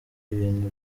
ibintu